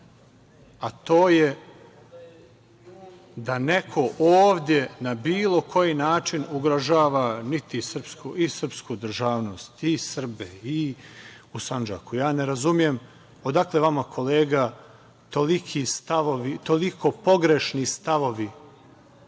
a to je da neko ovde na bilo koji način ugrožava i srpsku državnost i Srbe i u Sandžaku. Ja ne razumem odakle vama, kolega, toliko pogrešni stavovi